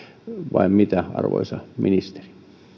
vai mitä arvoisa ministeri